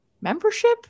membership